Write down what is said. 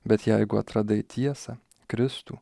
bet jeigu atradai tiesą kristų